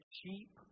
cheap